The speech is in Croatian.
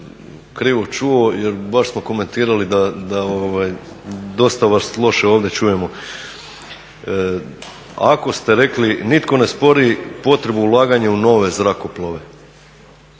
krivo čuo jer baš smo komentirali da dosta vas loše ovdje čujemo. Ako ste rekli nitko ne spori potrebu ulaganja u nove zrakoplove,